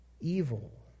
evil